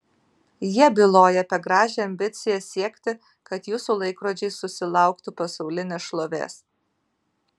jie byloja apie gražią ambiciją siekti kad jūsų laikrodžiai susilauktų pasaulinės šlovės